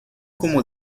como